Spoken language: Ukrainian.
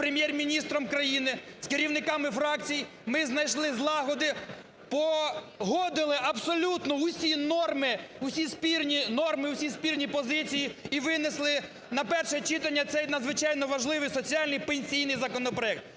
Прем’єр-міністром країни, з керівниками фракцій, ми знайшли злагоди, погодили абсолютно усі норми, усі спірні норми, усі спірні позиції і винесли на перше читання цей надзвичайно важливий соціальний пенсійний законопроект.